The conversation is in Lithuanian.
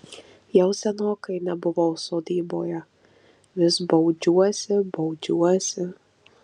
jau senokai nebuvau sodyboje vis baudžiuosi baudžiuosi